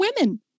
women